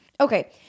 Okay